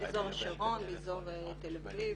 באזור השרון, באזור תל אביב.